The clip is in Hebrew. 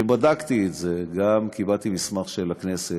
אני בדקתי את זה, וגם קיבלתי מסמך של הכנסת,